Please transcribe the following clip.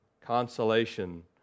Consolation